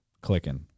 clicking